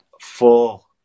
four